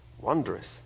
Wondrous